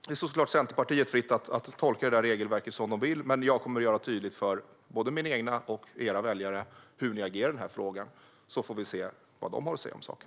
Det står såklart Centerpartiet fritt att tolka regelverket som de vill, men jag kommer att göra tydligt för både mina egna och era väljare hur ni agerar i frågan så får vi se vad de har att säga om saken.